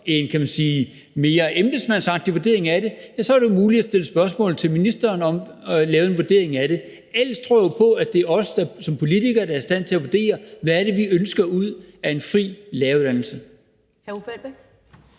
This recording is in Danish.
mere embedsmandsagtig vurdering af det, vil det være muligt at stille spørgsmål til ministeren om at lave en vurdering af det. Ellers tror jeg jo på, at det er os, der som politikere er i stand til at vurdere, hvad det er vi ønsker ud af en fri læreruddannelse.